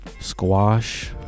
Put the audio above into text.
squash